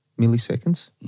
milliseconds